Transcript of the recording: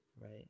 right